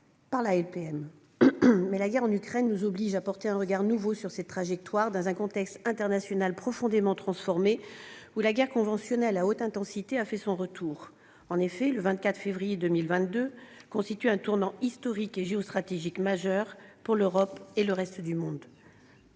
par la LPM. Mais la guerre en Ukraine nous oblige à porter un regard nouveau sur cette trajectoire, dans un contexte international profondément transformé, où la guerre conventionnelle de haute intensité a fait son retour. En effet, le 24 février 2022 constitue un tournant historique et géostratégique majeur pour l'Europe et le reste du monde.